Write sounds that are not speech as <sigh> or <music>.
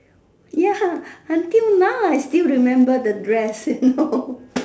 ya <breath> until now I still remember the dress you know <laughs>